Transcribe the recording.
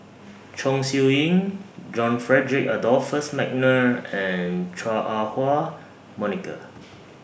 Chong Siew Ying John Frederick Adolphus Mcnair and Chua Ah Huwa Monica